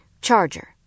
charger